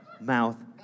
mouth